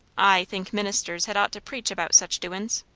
i think ministers had ought to preach about such doin's.